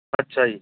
ਅੱਛਾ ਜੀ